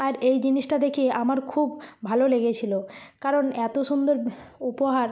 আর এই জিনিসটা দেখেই আমার খুব ভালো লেগেছিল কারণ এত সুন্দর উপহার